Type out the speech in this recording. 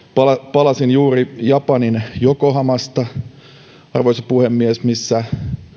palasin juuri japanin jokohamasta arvoisa puhemies missä